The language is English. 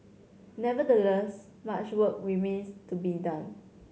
nevertheless much work remains to be done